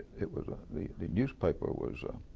it was ah the the newspaper was a